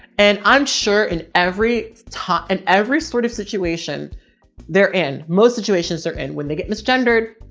and i'm sure in every talk, in every sort of situation they're in, most situations they're in. when they get mis-gendered,